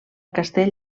castell